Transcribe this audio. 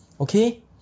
Okay